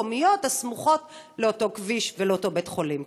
המקומיות הסמוכות לאותו כביש ולאותו בית-חולים?